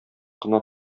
кына